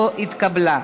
לא התקבלה.